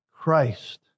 Christ